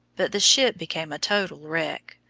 but the ship became a total wreck.